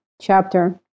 chapter